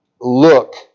look